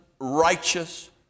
righteous